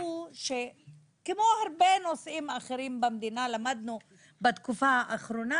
כמו הרבה נושאים אחרים במדינה למדנו בתקופה האחרונה